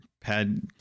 Pad